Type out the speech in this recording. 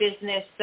business